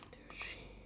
two three